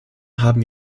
haben